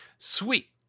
Sweet